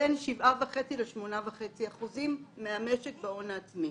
בין 7.5% ל-8.5% מהמשק בהון העצמי.